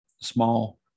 small